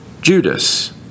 Judas